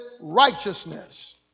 righteousness